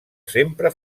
sempre